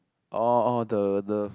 oh oh the the